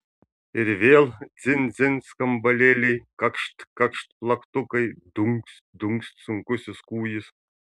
ir vėl dzin dzin skambalėliai kakšt kakšt plaktukai dunkst dunkst sunkusis kūjis